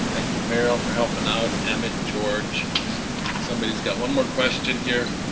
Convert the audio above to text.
thank you meryl for helping out, emmett, george somebody's got one more question here,